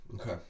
Okay